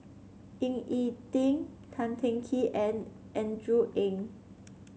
Ying E Ding Tan Teng Kee and Andrew Ang